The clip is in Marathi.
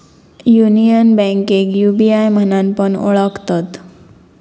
युनियन बैंकेक यू.बी.आय म्हणान पण ओळखतत